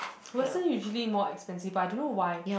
Western usually more expensive but I don't know why